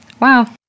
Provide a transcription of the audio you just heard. wow